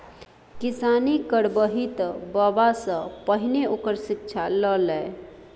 किसानी करबही तँ बबासँ पहिने ओकर शिक्षा ल लए